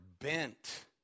bent